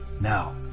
Now